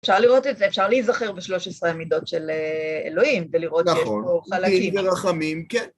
אפשר לראות את זה, אפשר להיזכר בשלוש עשרה המידות של אלוהים ולראות איפה חלקים הם.אם ברחמים כן.